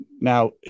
Now